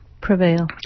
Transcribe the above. Prevail